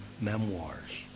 memoirs